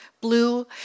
Blue